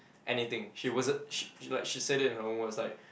anything she wasn't she she like she said it in her own words like